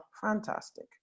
fantastic